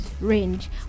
range